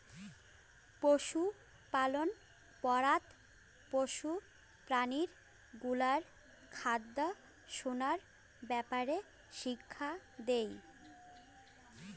পশুপালন পড়াত পশু প্রাণী গুলার দ্যাখা সুনার ব্যাপারে শিক্ষা দেই